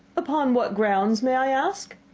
upon what grounds may i ask?